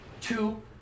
two